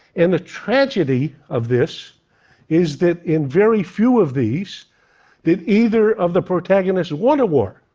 and the tragedy of this is that in very few of these did either of the protagonists want a war